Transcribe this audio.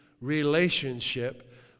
relationship